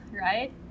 right